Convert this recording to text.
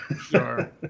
sure